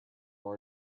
our